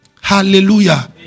Hallelujah